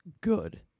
good